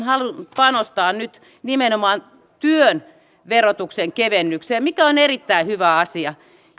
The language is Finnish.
halunnut panostaa nyt nimenomaan työn verotuksen kevennykseen mikä on erittäin hyvä asia